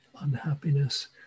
unhappiness